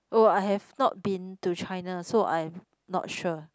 oh I have not been to China so I'm not sure